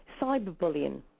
cyberbullying